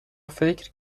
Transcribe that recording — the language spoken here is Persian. فکر